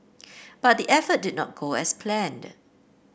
but the effort did not go as planned